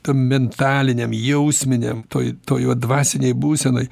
tam mentaliniam jausminiam toj toj jo dvasinėj būsenoj